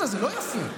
אתם לא מתביישים?